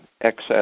excess